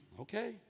okay